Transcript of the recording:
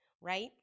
right